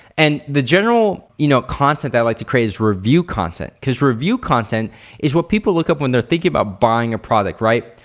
and the general you know content i like to create is review content cause review content is what people look up when they're thinking about buying a product, right?